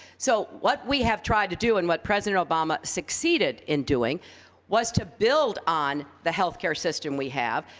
so what we have tried to do and what president obama succeeded in doing was to build on the health care system we have,